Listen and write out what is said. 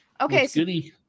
okay